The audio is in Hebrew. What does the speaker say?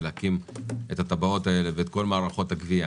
להקים את הטבעות האלה ואת כל מערכות הגבייה?